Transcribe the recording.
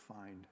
find